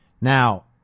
Now